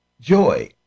joy